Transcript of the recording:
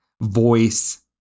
voice